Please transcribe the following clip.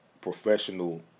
professional